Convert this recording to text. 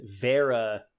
Vera